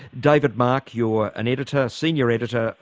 david mark you're an editor, senior editor,